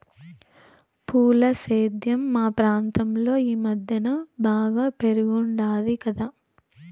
పూల సేద్యం మా ప్రాంతంలో ఈ మద్దెన బాగా పెరిగుండాది కదా